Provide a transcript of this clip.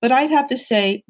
but i have to say